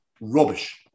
rubbish